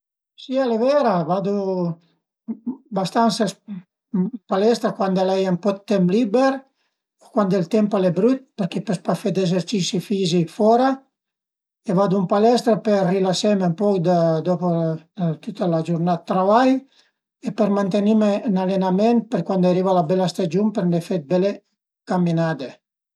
Ël pruget d'ades a riguarda la toponomastica, cioè cöi i nom di post. A m'apasiun-a perché a zmìa pa pusibul, ma darera a ogni nom a ie cuaicoza, a pöl esi 'na persun-a, a pöl esi 'na bestia, a pöl esi 'na pianta, a pöl esi 'na manera dë vivi, tüte le parole a parlu